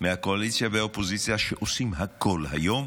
מהקואליציה ומהאופוזיציה שעושים הכול היום